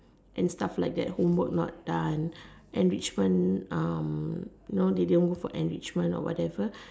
and stuff like that homework not done enrichment um you know the never go for enrichment or whatever